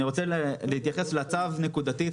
אני רוצה להתייחס לצו נקודתית.